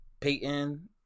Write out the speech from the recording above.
Peyton